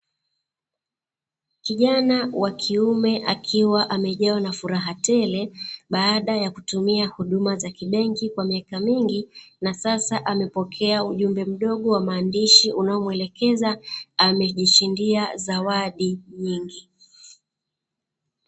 Kijana wa kiume akiwa amejawa na furaha tele baada ya kutumia huduma za kibenki kwa miaka mingi, na sasa amepokea ujumbe mdogo wa maandishi unao mwelekeza amejishindia zawadi nyingi.